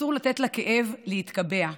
אסור לתת לכאב להתקבע,